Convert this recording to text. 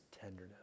tenderness